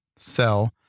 sell